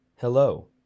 Hello